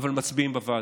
אבל מצביעים בוועדה.